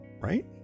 right